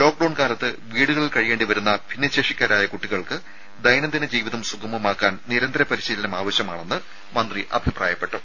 lockdown കാലത്ത് വീടുകളിൽ കഴിയേണ്ടി വരുന്ന ഭിന്നശേഷിക്കാരായ കുട്ടികൾക്ക് ദൈനംദിന ജീവിതം സുഗമമാക്കാൻ നിരന്തര പരിശീലനം ആവശ്യമാണെന്ന് മന്ത്രി അഭിപ്രായപ്പെട്ടു